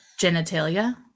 genitalia